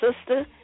Sister